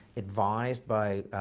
advised by